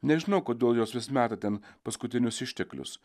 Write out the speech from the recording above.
nežinau kodėl jos vis meta ten paskutinius išteklius